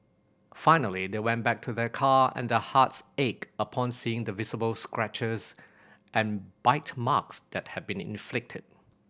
finally they went back to their car and their hearts ached upon seeing the visible scratches and bite marks that had been inflicted